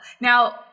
Now